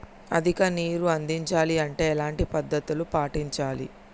అధిక నీరు అందించాలి అంటే ఎలాంటి పద్ధతులు పాటించాలి?